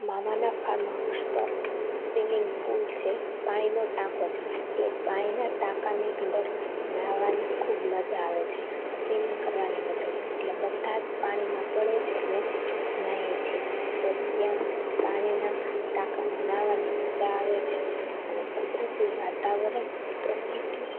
મામાના farm house પર swimming pool છે પાણીનો ટાંકો છે એટલે એ પાણીના ટાંકાની અંદર નહાવાની ખૂબ મજા આવે છે સ્વિમિંગ કરવાની મજાશે એટલે બધા જ પાણીમાં પડે છે અને નહાઈએ છીએ તો ત્યાં પાણીના ટાંકામાં નહાવાની મજા આવે છે અને કુદરતી વાતાવરણ પ્રકૃતિ